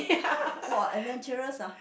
!huh! !wah! adventurous ah